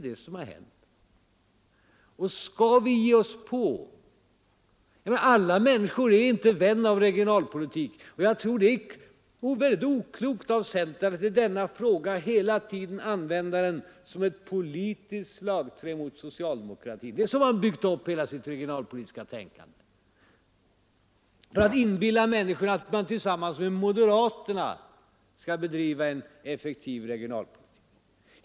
Detta är vad som har hänt. Alla människor är inte vänner av regionalpolitik. Jag tror att det är oklokt av centern att hela tiden använda denna fråga som ett politiskt slagträ mot socialdemokratin, att försöka inbilla människorna att man tillsammans med moderaterna skall bedriva en effektiv regionalpolitik.